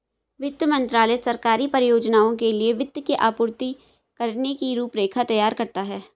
वित्त मंत्रालय सरकारी परियोजनाओं के लिए वित्त की आपूर्ति करने की रूपरेखा तैयार करता है